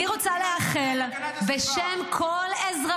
אני ממש משתתפת